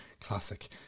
Classic